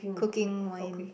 cooking wine